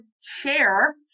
share